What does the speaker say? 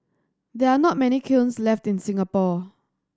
there are not many kilns left in Singapore